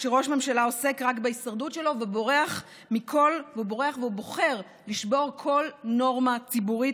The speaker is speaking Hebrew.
כשראש ממשלה עוסק רק בהישרדות שלו ובורח ובוחר לשבור כל נורמה ציבורית,